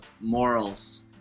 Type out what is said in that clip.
morals